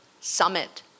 summit